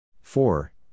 four